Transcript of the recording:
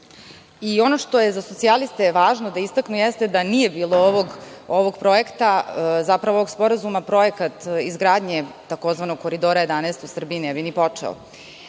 što je za socijaliste važno da istaknemo da nije bilo ovog projekta, zapravo ovog sporazuma, projekat izgrade tzv. Koridora 11 u Srbiji ne bi ni počeo. Kada